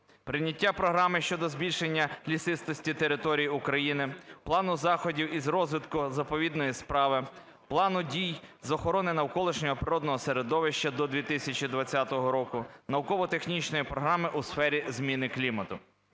прийняття програми щодо збільшення лісистості території України; плану заходів із розвитку заповідної справи; плану дій з охорони навколишнього природного середовища до 2020 року; науково-технічної програми у сфері зміни клімату;